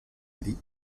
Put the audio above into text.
élie